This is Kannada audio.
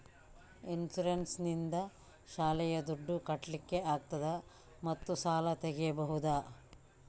ಇನ್ಸೂರೆನ್ಸ್ ನಿಂದ ಶಾಲೆಯ ದುಡ್ದು ಕಟ್ಲಿಕ್ಕೆ ಆಗ್ತದಾ ಮತ್ತು ಸಾಲ ತೆಗಿಬಹುದಾ?